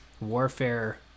warfare